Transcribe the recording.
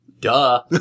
duh